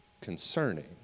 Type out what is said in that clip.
concerning